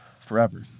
forever